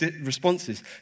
responses